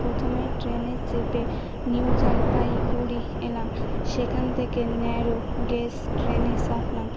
প্রথমেই ট্রেনে চেপে নিউ জলপাইগুড়ি এলাম সেখান থেকে ন্যারো গেজ ট্রেনে চাপলাম